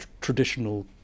traditional